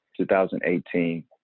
2018